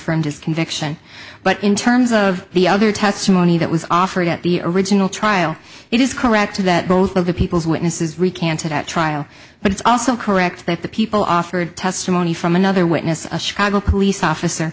affirmed his conviction but in terms of the other testimony that was offered at the original trial it is correct that both of the people's witnesses recanted at trial but it's also correct that the people offered testimony from another witness a chicago police officer